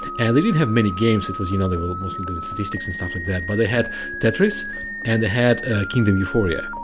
and they didn't have many games, it was you know they were mostly to do with statistics and stuff like that, but they had tetris and they had kingdom euphoria.